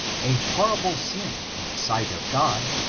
a horrible sin in the sight of qod,